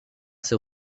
ces